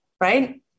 Right